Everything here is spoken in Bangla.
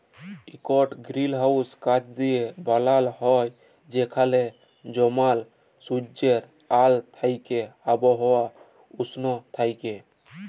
ইকট গিরিলহাউস কাঁচ দিঁয়ে বালাল হ্যয় যেখালে জমাল সুজ্জের আল থ্যাইকে আবহাওয়া উস্ল থ্যাইকে